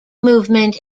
movement